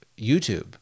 YouTube